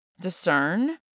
discern